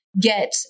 Get